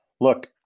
Look